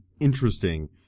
interesting